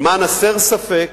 ולמען הסר ספק,